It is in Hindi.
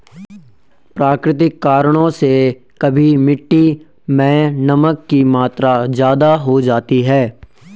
प्राकृतिक कारणों से कभी मिट्टी मैं नमक की मात्रा ज्यादा हो जाती है